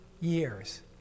years